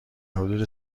حدود